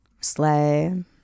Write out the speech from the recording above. Sleigh